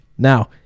Now